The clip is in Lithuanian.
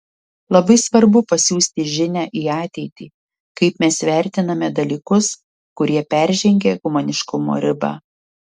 labai svarbu pasiųsti žinią į ateitį kaip mes vertiname dalykus kurie peržengė humaniškumo ribą